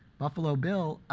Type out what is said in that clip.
buffalo bill,